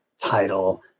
title